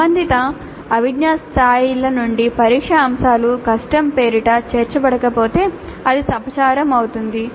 సంబంధిత అభిజ్ఞా స్థాయిల నుండి పరీక్షా అంశాలు కష్టం పేరిట చేర్చబడకపోతే అది అపచారం అవుతుంది